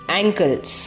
ankles